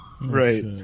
Right